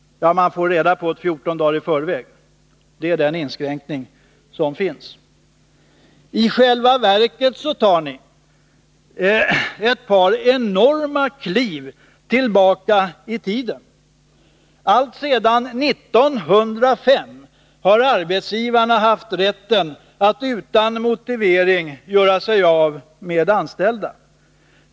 Ja, man får reda på uppsägningen 14 dagar i förväg — det är den inskränkning som finns. I själva verket tar ni ett par enorma kliv tillbaka i tiden. Alltsedan 1905 har arbetsgivarna haft rätt att utan motivering göra sig av med anställda.